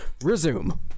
Resume